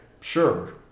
sure